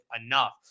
enough